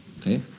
okay